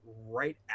right